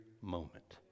moment